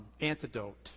Antidote